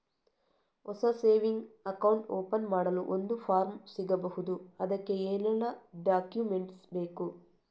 ಹೊಸ saving account open ಮಾಡಲು ಒಂದು ಫಾರ್ಮ್ ಸಿಗಬಹುದು? ಅದಕ್ಕೆ ಏನೆಲ್ಲಾ ಡಾಕ್ಯುಮೆಂಟ್ಸ್ ಬೇಕು?